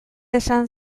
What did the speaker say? esan